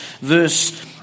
verse